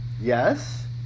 Yes